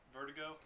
Vertigo